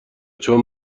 چون